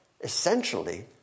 essentially